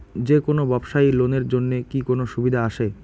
যে কোনো ব্যবসায়ী লোন এর জন্যে কি কোনো সুযোগ আসে?